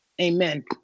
Amen